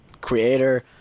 creator